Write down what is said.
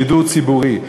שידור ציבורי.